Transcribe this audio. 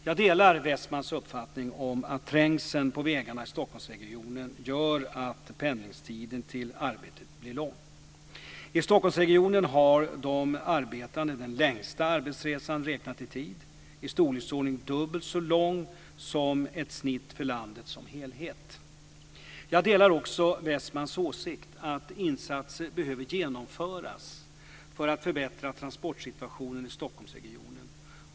Jag delar Westmans uppfattning om att trängseln på vägarna i Stockholmsregionen gör att pendlingstiden till arbetet blir lång. I Stockholmsregionen har de arbetande den längsta arbetsresan räknat i tid, i storleksordning dubbelt så lång som ett snitt för landet som helhet. Jag delar också Westmans åsikt att insatser behöver genomföras för att förbättra transportsituationen i Stockholmsregionen.